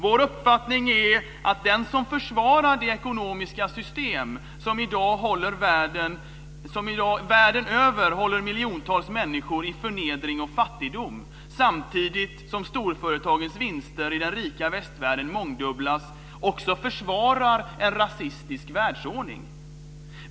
Vår uppfattning är att den som försvarar det ekonomiska system som i dag världen över håller miljontals människor i förnedring och fattigdom, samtidigt som storföretagens vinster i den rika västvärlden mångdubblas, också försvarar en rasistisk världsordning.